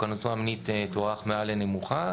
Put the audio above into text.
כמובן שהמסוכנות --- תוערך מעל לנמוכה,